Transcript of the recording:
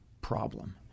problem